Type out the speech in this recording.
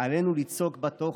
עלינו ליצוק בה תוכן,